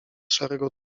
szarego